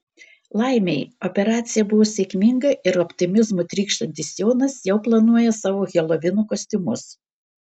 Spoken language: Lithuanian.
laimei operacija buvo sėkminga ir optimizmu trykštantis jonas jau planuoja savo helovino kostiumus